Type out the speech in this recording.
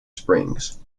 springs